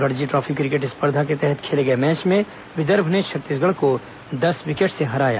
Ranji trophy cricket स्पर्धा के तहत खेले गए मैच में विदर्भ ने छत्तीसगढ़ को दस विकेट से हराया